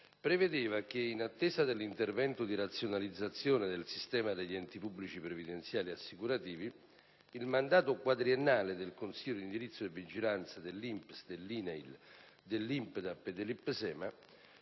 prevedeva che, in attesa dell'intervento di razionalizzazione del sistema degli enti pubblici previdenziali e assicurativi, il mandato quadriennale del Consiglio di indirizzo e vigilanza dell'INPS, dell'INAlL, dell'INPDAP e dell'IPSEMA